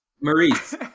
Maurice